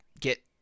get